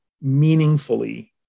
meaningfully